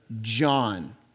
John